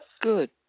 Good